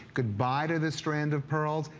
goodbye to the strand of pearls,